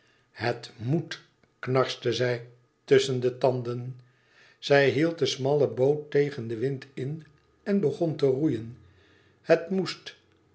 het moet knarste zij tusschen de tanden zij hield de smalle boot tegen den wind in en begon te roeien het moest